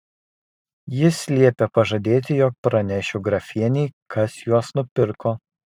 jis liepė pažadėti jog pranešiu grafienei kas juos nupirko